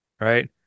right